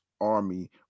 Army